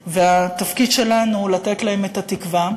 אבל יש לנו מולדת" והתפקיד שלנו לתת להם את התקווה.